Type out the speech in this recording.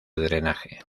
drenaje